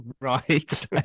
Right